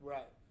Right